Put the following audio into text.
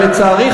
לצערי,